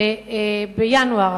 שבינואר,